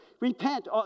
repent